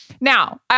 Now